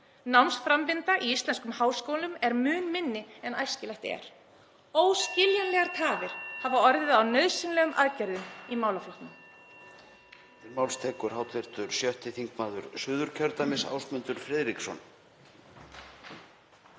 Námsframvinda í íslenskum háskólum er mun minni en æskilegt er. Óskiljanlegar tafir hafa orðið á nauðsynlegum aðgerðum í málaflokknum.“